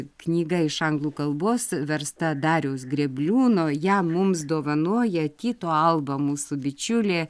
knyga iš anglų kalbos versta dariaus grėbliūno ją mum dovanoja tyto alba mūsų bičiulė